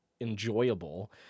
enjoyable